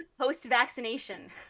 post-vaccination